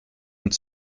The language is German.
und